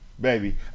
Baby